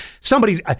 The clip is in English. somebody's